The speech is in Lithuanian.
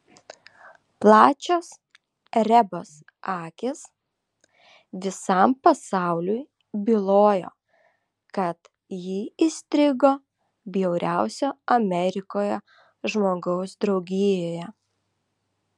plačios rebos akys visam pasauliui bylojo kad ji įstrigo bjauriausio amerikoje žmogaus draugijoje